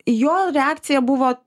jo reakcija buvo